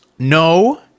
No